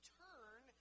turn